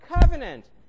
covenant